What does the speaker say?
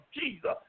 Jesus